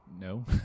No